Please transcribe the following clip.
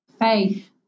Faith